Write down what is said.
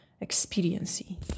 expediency